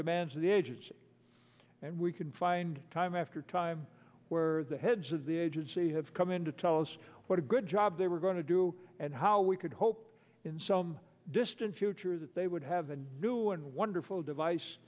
demands of the agency and we could find time after time where the heads of the agency have come in to tell us what a good job they were going to do and how we could hope in some distant future that they would have a new and wonderful device